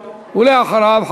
ואחריו,